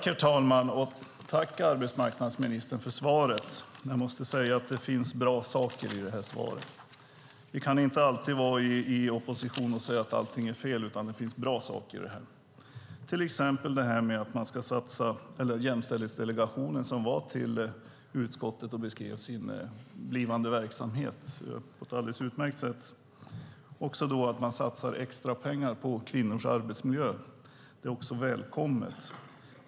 Herr talman! Tack, arbetsmarknadsministern, för svaret! Jag måste säga att det finns bra saker i det här svaret. Vi kan inte alltid i oppositionen säga att allt är fel, utan det finns även bra saker, till exempel att man har tillsatt en jämställdhetsdelegation. Den var i utskottet och beskrev sin blivande verksamhet på ett alldeles utmärkt sätt. Det är också bra att man satsar extra pengar på kvinnors arbetsmiljö. Det är välkommet.